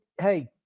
hey